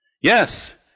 Yes